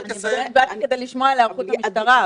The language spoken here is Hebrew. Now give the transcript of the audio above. באתי כדי לשמוע על היערכות המשטרה.